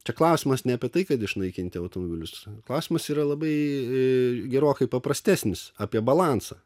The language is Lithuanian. čia klausimas ne apie tai kad išnaikinti automobilius klausimas yra labai gerokai paprastesnis apie balansą